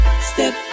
step